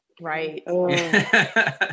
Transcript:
Right